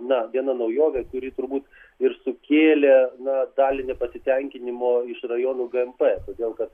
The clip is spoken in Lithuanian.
na viena naujovė kuri turbūt ir sukėlė na dalį nepasitenkinimo iš rajonų gmp todėl kad